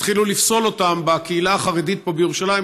התחילו לפסול אותם בקהילה החרדית פה בירושלים,